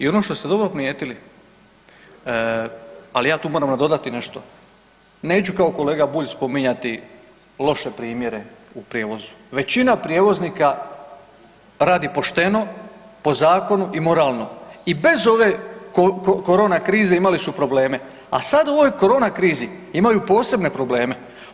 I ono što ste dobro primijetili, ali ja tu moram nadodati nešto, neću kao kolega Bulj spominjati loše primjere u prijevozu, većina prijevoznika radi pošteno, po zakonu i moralno i bez ove korona krize imali su probleme, a sada u ovoj korona krizi imaju posebne probleme.